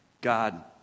God